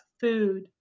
food